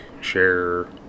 share